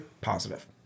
Positive